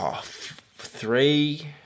three